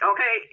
Okay